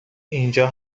اینجا